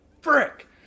Frick